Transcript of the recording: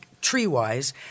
tree-wise